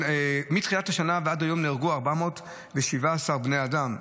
מתחילת השנה ועד היום נהרגו 417 בני אדם.